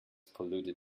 polluted